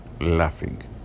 laughing